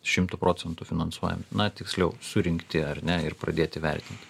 šimtu procentų finansuojami na tiksliau surinkti ar ne ir pradėti vertinti